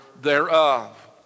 thereof